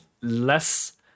less